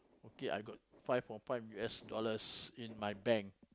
okay I got five or five U_S dollars in my bank